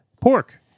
pork